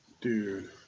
Dude